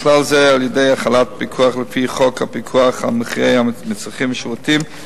בכלל זה על-ידי החלת פיקוח לפי חוק פיקוח על מחירי מצרכים ושירותים,